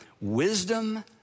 Wisdom